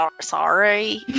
Sorry